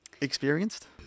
experienced